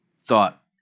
thought